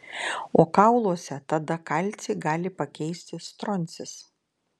o kauluose tada kalcį gali pakeisti stroncis